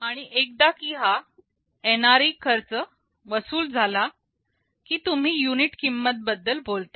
आणि एकदा का हा एनआरइ खर्च वसूल झाला की तुम्ही युनिट किंमती बद्दल बोलता